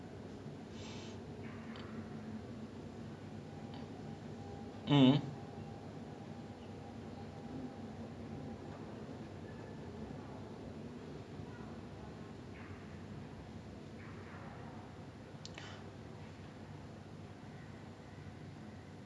because like புதிய இந்த புது நூற்றாண்டோட பொறப்புதான:puthiya intha puthu nootraandoda porapputhaana so like so many people were like !wah! like this err this is gonna be like this entire era is gonna be full of new actors like vijay இருந்தாங்க:irunthaanga and ajith இருந்தாங்க அதோட சேத்து:irunthaanga athoda sethu like suriya was there since before but he started to get more submitted in two thousand